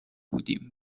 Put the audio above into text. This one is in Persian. بودیم